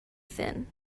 thin